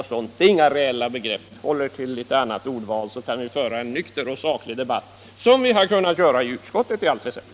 Det är inga reella begrepp. Håll er till ett annat ordval, så kan vi föra en nykter och saklig debatt, som vi har kunnat göra i utskottet i allt väsentligt.